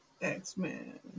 X-Men